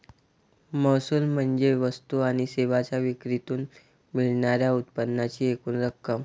महसूल म्हणजे वस्तू आणि सेवांच्या विक्रीतून मिळणार्या उत्पन्नाची एकूण रक्कम